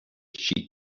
sheep